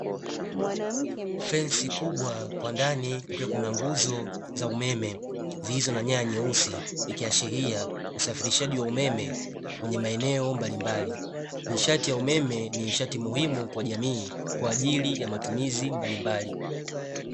Fensi kubwa kwa ndani kukiwa kuna nguzo za umeme; zilizo na nyaya nyeusi, ikiashiria usafirishaji wa umeme kwenye maeneo mbalimbali. Nishati ya umeme ni nishati muhimu kwa jamii kwa ajili ya matumizi mbalimbali.